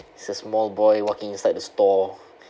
it's a small boy walking inside the store